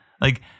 Like-